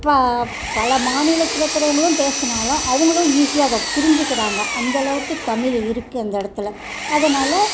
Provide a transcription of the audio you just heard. பல மாநிலத்தில் இருக்கிறவங்களும் பேசினாலும் அவங்களும் ஈஸியாக அதை புரிஞ்சுக்கிறாங்க அந்தளவுக்கு தமிழ் இருக்குது அந்த இடத்துல அதனால்